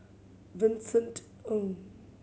Vincent Ng